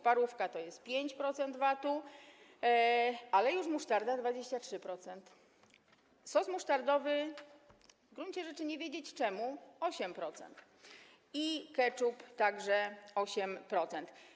Parówka to jest 5% VAT-u, ale już musztarda - 23%, sos musztardowy, w gruncie rzeczy nie wiedzieć czemu - 8% i ketchup - także 8%.